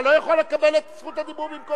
אתה לא יכול לקבל את זכות הדיבור במקומו.